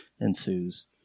ensues